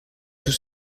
tout